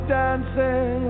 dancing